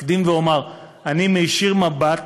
אקדים ואומר, אני מישיר מבט